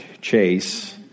chase